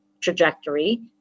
trajectory